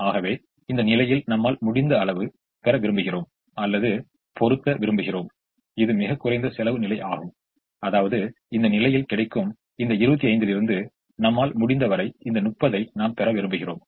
ஆகவே இந்த நிலையில் நம்மால் முடிந்த அளவு பெற விரும்புகிறோம் அல்லது பொறுத்த விரும்புகிறோம் இது மிகக் குறைந்த செலவு நிலையாகும் அதாவது இந்த நிலையில் கிடைக்கும் இந்த 25 இலிருந்து நம்மால் முடிந்தவரை இந்த 30 ஐ நாம் பெற விரும்புகிறோம்